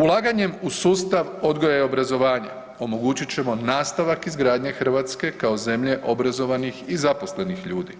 Ulaganjem u sustav odgoja i obrazovanja omogućit ćemo nastavak izgradnje Hrvatske kao zemlje obrazovanih i zaposlenih ljudi